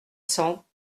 cents